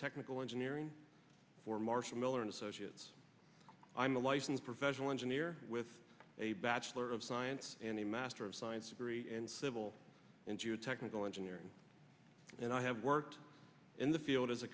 geotechnical engineering for marshall miller and associates i'm a licensed professional engineer with a bachelor of science and a master of science degree and civil engineer technical engineering and i have worked in the field as a